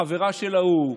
החברה של ההוא,